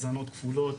הזנות כפולות